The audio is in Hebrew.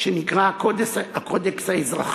שנקראת "הקודקס האזרחי".